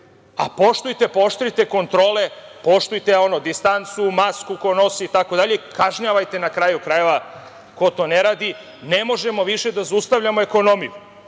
a pooštrite kontrole, poštujte distancu, masku ko nosi. Kažnjavajte na kraju krajeva ko to ne radi. Ne možemo više da zaustavljamo ekonomiju